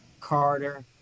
Carter